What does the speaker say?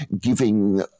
giving